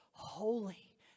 holy